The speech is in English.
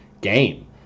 game